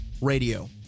Radio